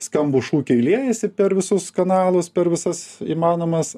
skambūs šūkiai liejasi per visus kanalus per visas įmanomas